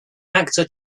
actor